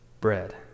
bread